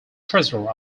treasurer